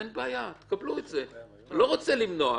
אין בעיה, תקבלו את זה, אני לא רוצה למנוע,